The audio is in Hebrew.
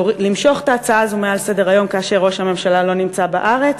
למשוך את ההצעה הזו מסדר-היום כאשר ראש הממשלה לא נמצא בארץ,